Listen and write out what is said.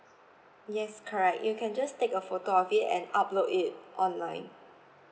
yes correct you can just take a photo of it and upload it online